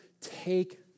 Take